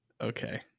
Okay